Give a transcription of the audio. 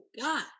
God